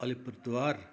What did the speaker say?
Alipurduar